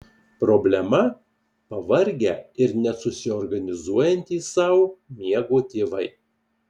problema pavargę ir nesusiorganizuojantys sau miego tėvai